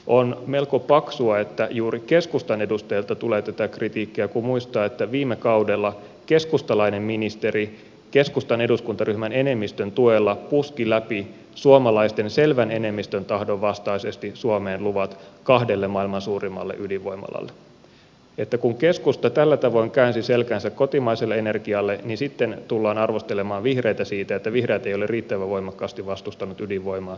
on melko paksua että juuri keskustan edustajilta tulee tätä kritiikkiä kun muistaa että viime kaudella keskustalainen ministeri keskustan eduskuntaryhmän enemmistön tuella puski läpi suomalaisten selvän enemmistön tahdon vastaisesti suomeen luvat kahdelle maailman suurimmalle ydinvoimalalle että kun keskusta tällä tavoin käänsi selkänsä kotimaiselle energialle niin sitten tullaan arvostelemaan vihreitä siitä että vihreät ei ole riittävän voimakkaasti vastustanut ydinvoimaa